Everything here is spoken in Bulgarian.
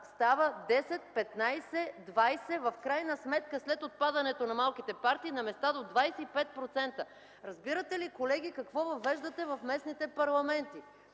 става 10, 15, 20, в крайна сметка след отпадането на малките партии - на места до 25%. Разбирате ли, колеги, какво въвеждате в местните парламенти?